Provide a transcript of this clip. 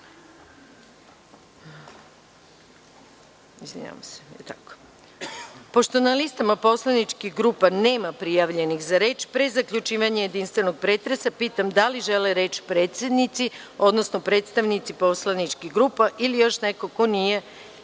na listama poslaničkih grupa nema prijavljenih za reč, pre zaključivanja jedinstvenog pretresa, pitam da li žele reč predsednici, odnosno predstavnici poslaničkih grupa ili još neko ko nije